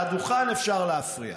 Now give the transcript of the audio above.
על הדוכן אפשר להפריע.